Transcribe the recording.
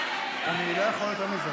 אני לא יכול יותר מזה.